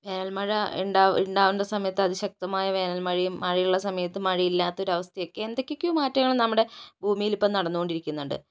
വേനൽമഴ ഉണ്ടാ ഉണ്ടാവേണ്ട സമയത്ത് അതിശക്തമായി വേനൽമഴയും മഴയുള്ള സമയത്ത് മഴയില്ലാത്തൊരവസ്ഥയും എന്തൊക്കെക്കെയോ മാറ്റങ്ങൾ നമ്മുടെ ഭൂമിയിലിപ്പോൾ നടന്നുകൊണ്ടിരിക്കുന്നുണ്ട്